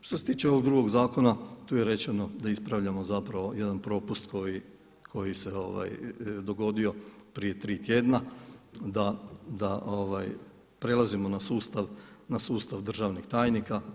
Što se tiče ovog drugog zakona, tu je rečeno da ispravljamo jedan propust koji se dogodio prije tri tjedna da prelazimo na sustav državnih tajnika.